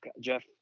Jeff